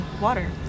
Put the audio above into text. water